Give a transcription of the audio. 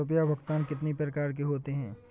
रुपया भुगतान कितनी प्रकार के होते हैं?